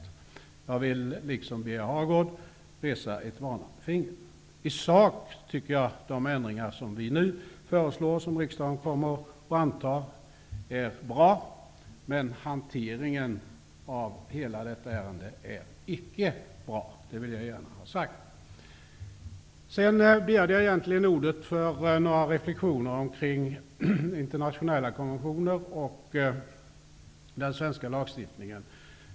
Liksom Birger Hagård vill jag här höja ett varnande finger. I sak tycker jag att de ändringar som vi nu föreslår och som riksdagen kommer att anta är bra, men hanteringen av ärendet är icke bra. Det vill jag gärna ha sagt. Jag begärde egentligen ordet för att göra några reflexioner kring internationella konventioner och den svenska lagstiftningen.